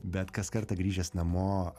bet kas kartą grįžęs namo